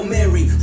Mary